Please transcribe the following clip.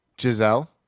Giselle